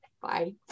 Bye